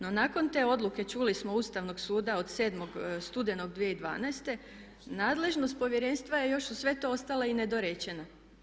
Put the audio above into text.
No, nakon te odluke čuli smo Ustavnog suda od 7. studenog 2012. nadležnost Povjerenstva je još uz sve to ostala i nedorečena.